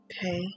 Okay